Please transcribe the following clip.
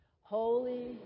Holy